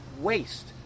waste